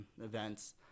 events